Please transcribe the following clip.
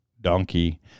Donkey